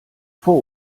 vor